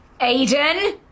Aiden